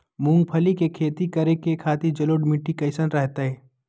मूंगफली के खेती करें के खातिर जलोढ़ मिट्टी कईसन रहतय?